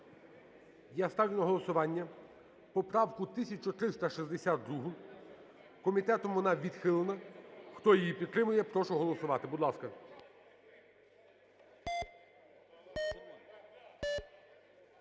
Я ставлю на голосування поправку 1362. Комітетом вона відхилена. Хто її підтримує, прошу голосувати. Будь ласка.